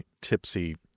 tipsy